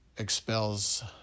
expels